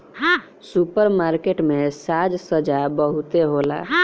super market में साज सज्जा बहुते होला